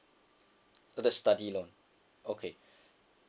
oh the study loan okay